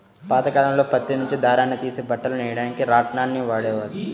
పాతకాలంలో పత్తి నుంచి దారాన్ని తీసి బట్టలు నెయ్యడానికి రాట్నాన్ని వాడేవాళ్ళు